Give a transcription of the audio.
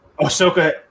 Ahsoka